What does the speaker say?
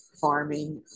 farming